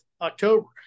October